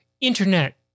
internet